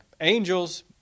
angels